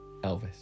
Elvis